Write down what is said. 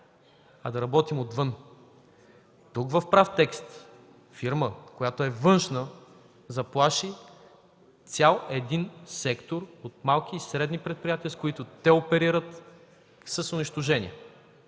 а да работим отвън”. Тук в прав текст външна фирма заплаши цял един сектор от малки и средни предприятия, с които те оперират, с унищожение!